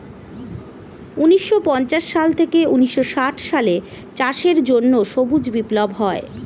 ঊন্নিশো পঞ্চাশ সাল থেকে ঊন্নিশো ষাট সালে চাষের জন্য সবুজ বিপ্লব হয়